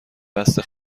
بسته